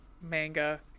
manga